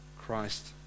Christ